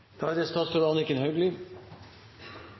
da er det